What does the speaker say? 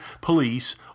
police